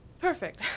Perfect